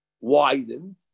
widened